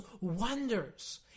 wonders